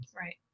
right